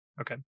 Okay